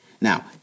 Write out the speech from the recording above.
Now